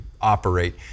operate